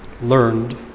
learned